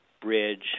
bridge